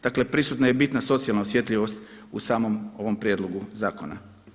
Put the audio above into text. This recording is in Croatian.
Dakle, prisutna je i bitna socijalna osjetljivost u samom ovom prijedlogu zakona.